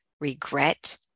regret